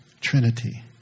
Trinity